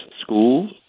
school